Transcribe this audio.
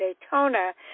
Daytona